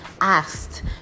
asked